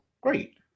great